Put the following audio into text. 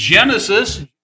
Genesis